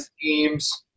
teams